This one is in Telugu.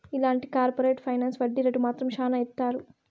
ఇలాంటి కార్పరేట్ ఫైనాన్స్ వడ్డీ రేటు మాత్రం శ్యానా ఏత్తారు